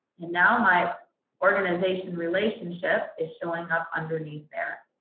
and now my organization relationship is showing up underneath there.